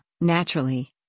naturally